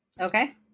Okay